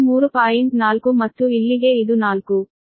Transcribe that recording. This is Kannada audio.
4 ಮತ್ತು ಇಲ್ಲಿಗೆ ಇದು 4